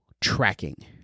tracking